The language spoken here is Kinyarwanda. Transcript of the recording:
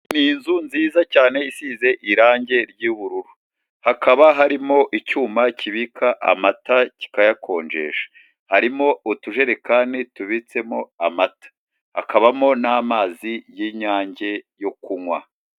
Ni inzu nziza cyane isize irange ry'ubururu, hakaba harimo icyuma kibika amata kikayakonjesha, harimo utujerekani tubitsemo amata, hakabamo n'amazi y'inyange yo kunywa.